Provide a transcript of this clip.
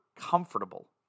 comfortable